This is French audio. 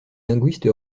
linguiste